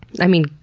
i mean,